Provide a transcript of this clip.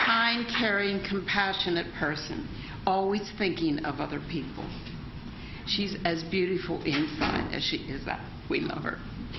time carrying compassionate person always thinking of other people she's as beautiful inside as she is that we